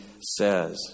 says